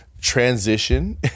transition